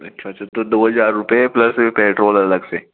अच्छा अच्छा तो दो हजार रुपये प्लस पेट्रोल अलग से